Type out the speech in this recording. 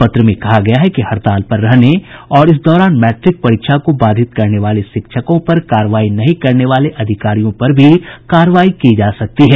पत्र में कहा गया है कि हड़ताल पर रहने और इस दौरान मैट्रिक परीक्षा को बाधित करने वाले शिक्षकों पर कार्रवाई नहीं करने वाले अधिकारियों पर भी कार्रवाई की जा सकती है